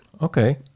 Okay